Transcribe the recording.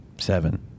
seven